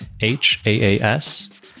H-A-A-S